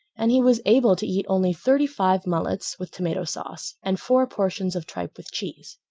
and he was able to eat only thirty-five mullets with tomato sauce and four portions of tripe with cheese.